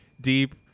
deep